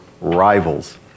rivals